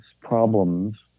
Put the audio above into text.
problems